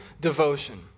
devotion